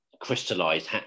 crystallized